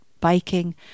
biking